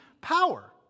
power